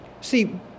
see